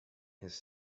his